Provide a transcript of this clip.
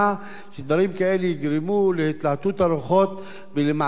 כאלה יגרמו להתלהטות הרוחות ולמעשים מיותרים,